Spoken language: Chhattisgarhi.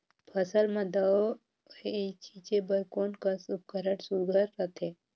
फसल म दव ई छीचे बर कोन कस उपकरण सुघ्घर रथे?